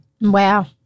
Wow